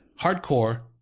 hardcore